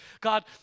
God